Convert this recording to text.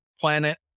planet